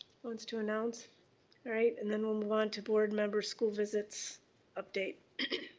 wants to announce right? and then we'll move on to board members school visits update.